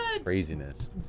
Craziness